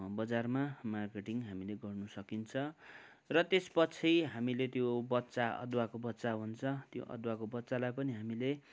बजारमा मार्केटिङ हामीले गर्नु सकिन्छ र त्यसपछि हामीले त्यो बच्चा अदुवाको बच्चा हुन्छ र अदुवाको बच्चालाई पनि हामीले